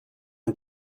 und